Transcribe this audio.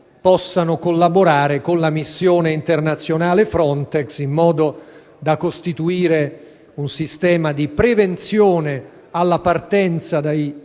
possano collaborare con la missione internazionale Frontex, in modo da costituire un sistema di prevenzione alla partenza dai